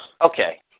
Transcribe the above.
Okay